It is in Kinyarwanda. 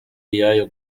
iyayo